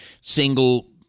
single